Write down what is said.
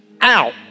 out